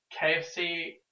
KFC